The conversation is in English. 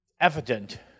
evident